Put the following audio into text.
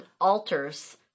altars